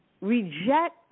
reject